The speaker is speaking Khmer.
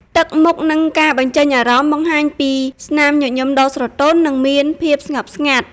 ទឹកមុខ និងការបញ្ចេញអារម្មណ៍បង្ហាញពី ស្នាមញញឹមដ៏ស្រទន់ និងមានភាពស្ងប់ស្ងាត់។